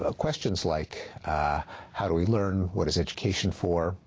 ah question like how do we learn? what is education for?